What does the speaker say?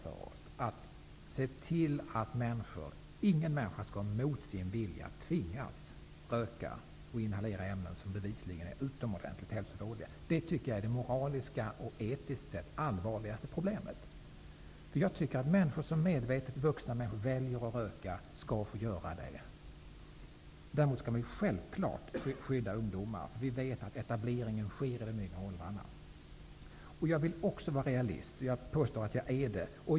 Vi har ett ansvar att se till att ingen människa mot sin vilja tvingas röka och inhalera ämnen som bevisligen är utomordentligt hälsovådliga. Detta är det moraliskt och etiskt sett allvarligaste problemet. Vuxna människor som medvetet väljer att röka skall få göra det. Däremot skall ungdomar självfallet skyddas, eftersom vi vet att etableringen sker i de yngre åldrarna. Jag vill också vara realist, och jag påstår att jag är det.